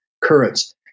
currents